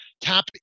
tap